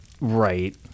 right